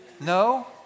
No